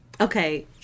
Okay